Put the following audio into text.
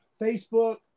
Facebook